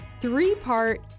three-part